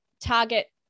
target